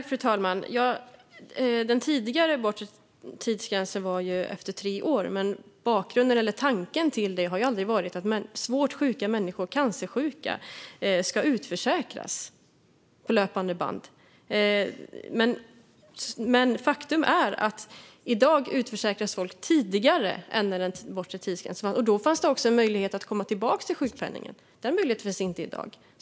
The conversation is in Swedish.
Fru talman! Den tidigare bortre tidsgränsen var tre år. Tanken med denna gräns har aldrig varit att svårt sjuka människor, exempelvis cancersjuka, ska utförsäkras på löpande band. Faktum är dock att folk i dag utförsäkras tidigare än med den bortre tidsgränsen. Då fanns det också möjlighet att komma tillbaka till sjukpenningen. Den möjligheten finns inte i dag.